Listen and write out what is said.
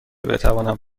بتوانم